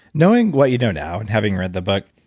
knowing what you know now and having read the book,